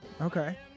Okay